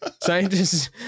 scientists